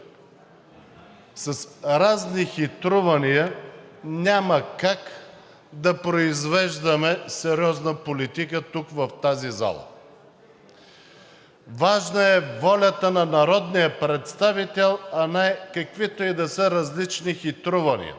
с разни хитрувания няма как да произвеждаме сериозна политика тук в тази зала. Важна е волята на народния представител, а не каквито и да са различни хитрувания.